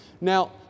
Now